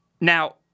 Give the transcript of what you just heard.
Now